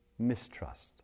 mistrust